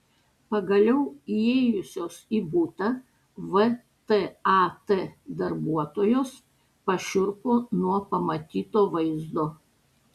pagaliau įėjusios į butą vtat darbuotojos pašiurpo nuo pamatyto vaizdo